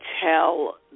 tell